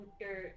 your-